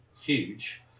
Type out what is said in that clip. huge